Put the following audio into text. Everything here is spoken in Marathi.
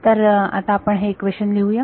तर आता आपण हे इक्वेशन लिहू या